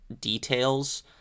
details